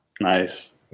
nice